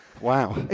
wow